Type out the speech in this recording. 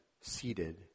seated